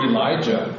Elijah